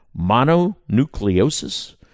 mononucleosis